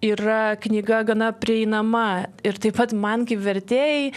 yra knyga gana prieinama ir taip pat man kaip vertėjai